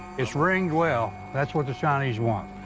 it's ringed well. that's what the chinese want.